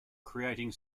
creating